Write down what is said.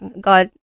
God